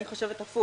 אני חושבת הפוך